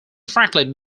franklin